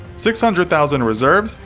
six hundred thousand reserves,